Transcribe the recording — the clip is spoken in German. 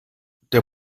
der